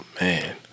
man